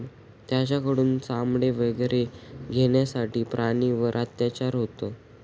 त्यांच्याकडून चामडे वगैरे घेण्यासाठी प्राण्यांवर अत्याचार होतो